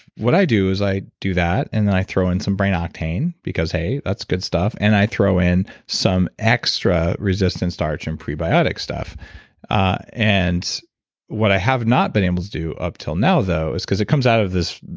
what i do is i do that and then i throw in some brain octane because hey, that's good stuff and i throw in some extra resistant starch and prebiotic stuff ah and what i have not been able to do up until now though is because it comes out of this.